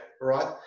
right